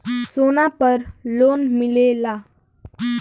सोना पर लोन मिलेला?